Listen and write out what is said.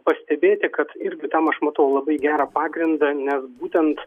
pastebėti kad irgi tam aš matau labai gerą pagrindą nes būtent